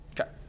Okay